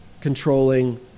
controlling